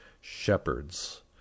shepherds